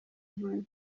inkoni